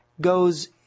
goes